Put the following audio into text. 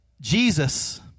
Jesus